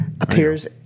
appears